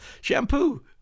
shampoo